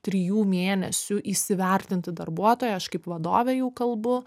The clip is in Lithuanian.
trijų mėnesių įsivertinti darbuotoją aš kaip vadovė jau kalbu